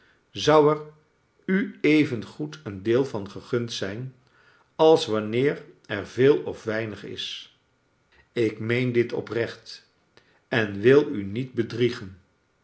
zou er u even goed een deel van gegund zijn als wanneer er veel of weinig is ik meen dit oprecht en wil u niet bedriegen